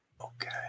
Okay